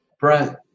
Brent